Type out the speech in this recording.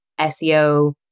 SEO